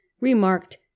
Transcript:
remarked